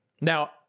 Now